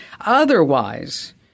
otherwise